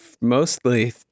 mostly